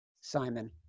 Simon